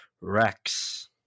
Rex